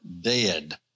dead